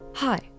Hi